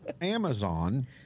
Amazon